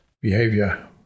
behavior